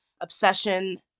obsession